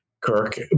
Kirk